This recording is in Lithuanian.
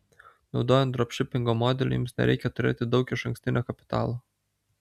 naudojant dropšipingo modelį jums nereikia turėti daug išankstinio kapitalo